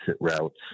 routes